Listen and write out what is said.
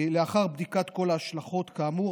לאחר בדיקת כל ההשלכות כאמור,